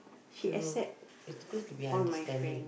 to is good to be understanding